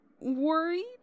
worried